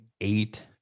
eight